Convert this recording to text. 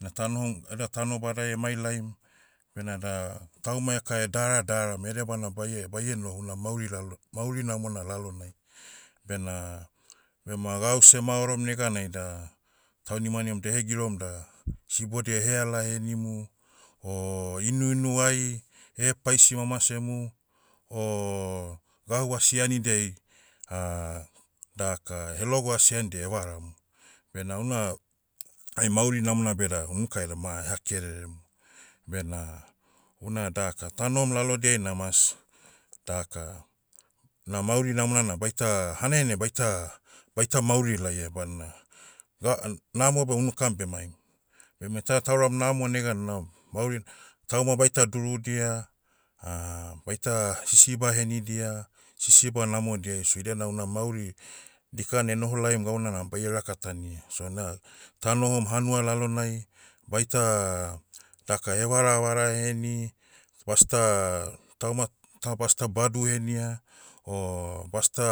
Na tanohom eda tanobadai emailaim. Benada, tauma eka edara daram edebana baie- baie noho una mauri lalo- mauri namona lalonai, bena, bema gau semaorom neganai da, taunimanim dehegirom da, sibodia eheala henimu. O, inuinu ai, ehepaisi mamasemu, o, gau asi anidiai, daka, helogo asi andia evaram. Bena una, hai mauri namona beda hunukai dama eha kererem. Bena, una daka tanohom lalodiai na mas, daka, na mauri namona na baita, hanaianai baita- baita mauri laia badna, ga- a- namo beh unukam bemaim. Beme ita tauram namo negan no- mauri- tauma baita durudia, baita sisiba henidia, sisiba namodiai so idia na una mauri, dikana enoho laiam gauna na baie rakatania. So na, tanohom hanua lalonai, baita, daka hevaravara heni, basta, tauma, ta basta badu henia. O, basta,